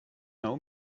know